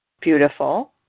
Beautiful